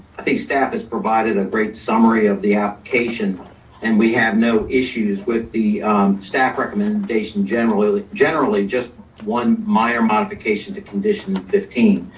i think staff has provided a great summary of the application and we have no issues with the staff recommendation, generally, just one minor modification to condition fifteen.